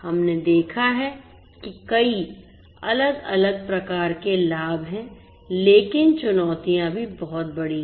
हमने देखा है कि कई अलग अलग प्रकार के लाभ हैं लेकिन चुनौतियां भी बहुत बड़ी हैं